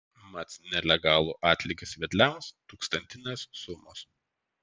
mat nelegalų atlygis vedliams tūkstantinės sumos